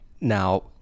now